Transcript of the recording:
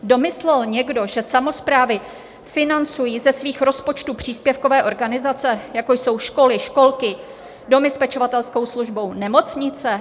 Domyslel někdo, že samosprávy financují ze svých rozpočtů příspěvkové organizace, jako jsou školy, školky, domy s pečovatelskou službou, nemocnice?